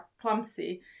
clumsy